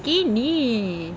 skinny